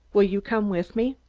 will you come with me?